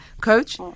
Coach